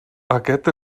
aquest